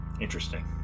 interesting